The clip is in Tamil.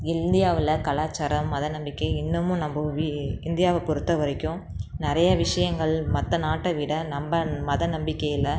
இந்தியாவில் கலாச்சாரம் மத நம்பிக்கை இன்னமும் நம்ப வீ இந்தியாவை பொருத்த வரைக்கும் நிறைய விஷயங்கள் மற்ற நாட்டை விட நம்ப மத நம்பிக்கையில்